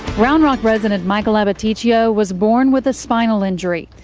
round rock resident michael abbaticchio was born with a spinal injury.